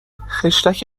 خشتک